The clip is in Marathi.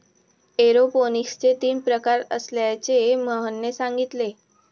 एरोपोनिक्सचे तीन प्रकार असल्याचे मोहनने सांगितले